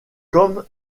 comme